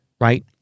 right